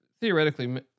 Theoretically